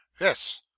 Yes